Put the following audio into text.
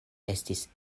estis